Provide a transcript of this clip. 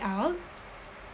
out